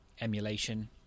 emulation